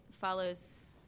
follows